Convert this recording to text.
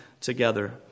together